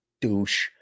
douche